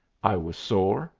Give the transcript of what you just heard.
i was sore,